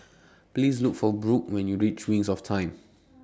Please Look For Brooke when YOU REACH Wings of Time